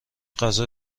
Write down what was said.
غذا